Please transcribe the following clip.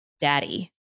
daddy